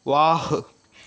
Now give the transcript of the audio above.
wah